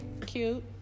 cute